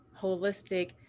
holistic